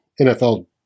NFL